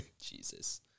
Jesus